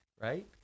Right